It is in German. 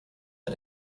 der